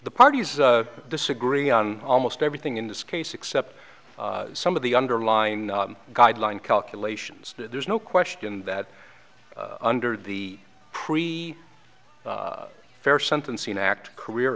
the parties disagree on almost everything in this case except some of the underlying guideline calculations there's no question that under the pre fair sentencing act career